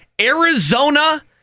Arizona